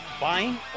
Buying